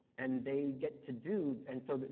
and they get to do and so,